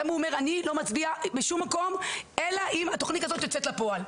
למה הוא אומר אני לא מצביע בשום מקום אלא אם התוכנית הזאת יוצאת לפועל.